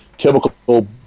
chemical